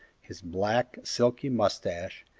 his black, silky moustache,